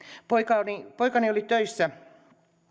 poikani oli töissä